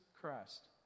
Christ